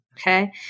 Okay